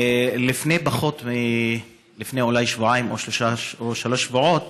לפני אולי שבועיים או שלושה שבועות